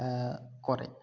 ᱠᱚᱨᱮᱡ